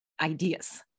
ideas